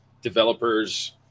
developers